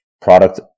product